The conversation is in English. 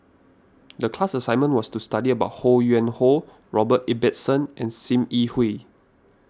the class assignment was to study about Ho Yuen Hoe Robert Ibbetson and Sim Yi Hui